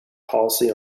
policy